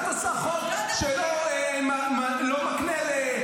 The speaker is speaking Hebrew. החוק לא חל עליי.